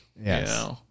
Yes